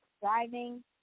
driving